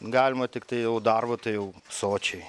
galima tiktai jau darbo tai jau sočiai